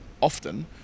often